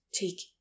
take